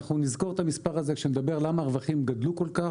אנחנו נזכור את המספר הזה כשנדבר למה הרווחים גדלו כל כך.